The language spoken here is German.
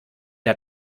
der